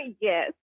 yes